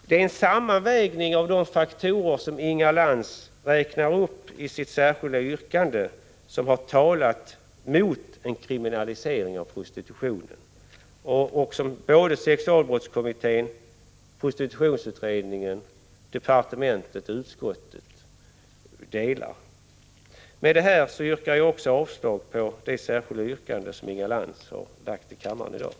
Det är en sammanvägning av de faktorer som Inga Lantz räknat upp i sitt särskilda yrkande som har talat mot en kriminalisering av prostitutionen. Denna uppfattning har såväl sexualbrottskommittén och prostitutionsutredningen som departementet och utskottet. Med detta yrkar jag avslag på det särskilda yrkande som Inga Lantz har lagt fram här i kammaren i dag.